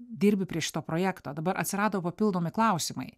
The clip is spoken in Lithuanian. dirbi prie šito projekto dabar atsirado papildomi klausimai